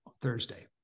Thursday